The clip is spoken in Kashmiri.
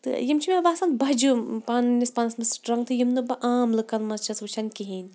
تہٕ یِم چھِ مےٚ باسان بَجہِ پنٛنِس پانَس منٛز سٕٹرٛنٛگتھٕ یِم نہٕ بہٕ عام لُکَن منٛز چھَس وٕچھان کِہیٖنۍ